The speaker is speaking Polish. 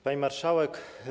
Pani Marszałek!